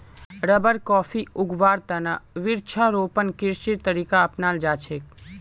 rubber, coffee उगव्वार त न वृक्षारोपण कृषिर तरीका अपनाल जा छेक